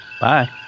bye